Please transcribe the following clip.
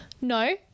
no